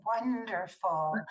wonderful